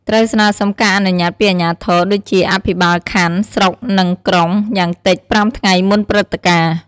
ត្រូវស្នើសុំការអនុញ្ញាតពីអាជ្ញាធរ ដូចជា អភិបាលខណ្ឌ ស្រុក និង ក្រុង យ៉ាងតិច ៥ថ្ងៃមុនព្រឹត្តិការណ៍។